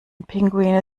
pinguine